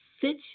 Sit